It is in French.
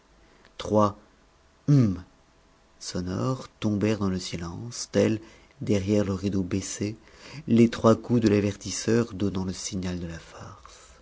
trois hum sonores tombèrent dans le silence tels derrière le rideau baissé les trois coups de l'avertisseur donnant le signal de la farce